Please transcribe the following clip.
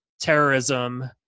terrorism